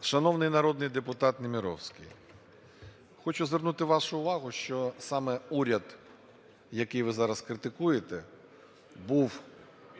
Шановний народний депутат Немировський, хочу звернути вашу увагу, що саме уряд, який ви зараз критикуєте, був